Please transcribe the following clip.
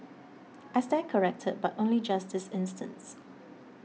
I stand corrected but only just this instance